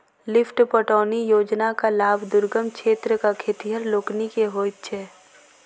lift पटौनी योजनाक लाभ दुर्गम क्षेत्रक खेतिहर लोकनि के होइत छै